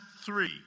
three